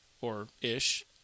or-ish